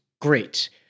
great